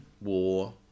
war